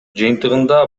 жыйынтыгында